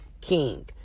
king